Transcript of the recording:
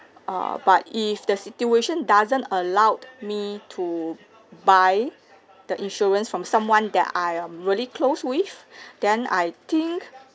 uh but if the situation doesn't allowed me to buy the insurance from someone that I um really close with then I think